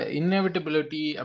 inevitability